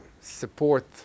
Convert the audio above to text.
support